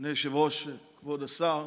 אדוני היושב-ראש, כבוד השר,